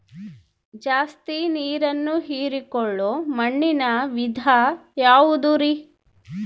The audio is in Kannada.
ಜಾಸ್ತಿ ನೇರನ್ನ ಹೇರಿಕೊಳ್ಳೊ ಮಣ್ಣಿನ ವಿಧ ಯಾವುದುರಿ?